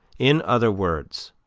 in other words,